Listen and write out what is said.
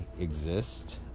exist